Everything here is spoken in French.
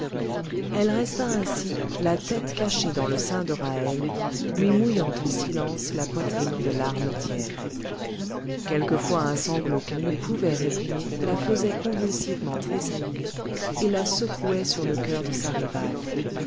elle resta ainsi la tête cachée dans le sein de ra'hel lui mouillant en silence la poitrine de larmes tièdes quelquefois un sanglot qu'elle ne pouvait réprimer la faisait convulsivement tressaillir et la secouait sur le cœur de sa rivale